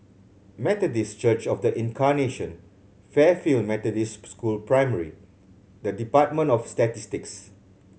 Methodist Church Of The Incarnation Fairfield Methodist School Primary and Department of Statistics